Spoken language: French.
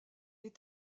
est